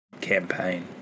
campaign